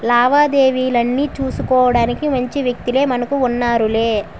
లావాదేవీలన్నీ సూసుకోడానికి మంచి వ్యక్తులే మనకు ఉంటన్నారులే